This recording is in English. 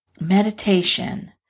meditation